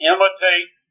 Imitate